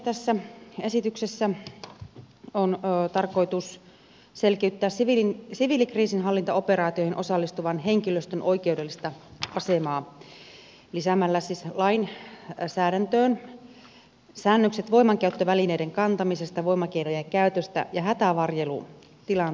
tässä esityksessä on tarkoitus selkiyttää siviilikriisinhallintaoperaatioihin osallistuvan henkilöstön oikeudellista asemaa lisäämällä lainsäädäntöön säännökset voimankäyttövälineiden kantamisesta voimakeinojen käytöstä ja hätävarjelutilanteesta